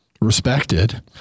respected